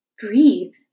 Breathe